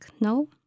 no